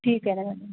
ठीक आहे ना मॅडम